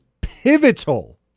pivotal